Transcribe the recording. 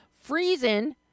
freezing